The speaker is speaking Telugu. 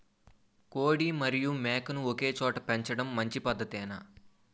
కోడి మరియు మేక ను ఒకేచోట పెంచడం మంచి పద్ధతేనా?